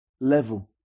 level